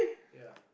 ya